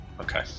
okay